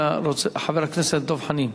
חבר הכנסת דב חנין.